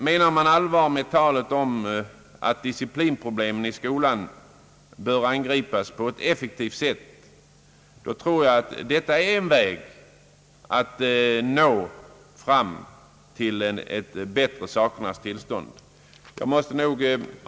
Menar man allvar med talet om att disciplinproblemen i skolan bör angripas på ett effektivt sätt, tror jag att detta är en väg att nå fram till ett bättre sakernas tillstånd.